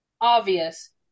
Obvious